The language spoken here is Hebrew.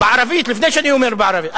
לפני שאני אומר בערבית,